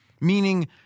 Meaning